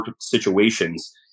situations